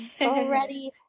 already